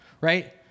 right